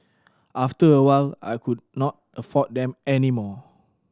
after a while I could not afford them any more